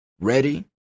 ready